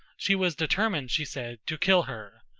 she was determined, she said, to kill her.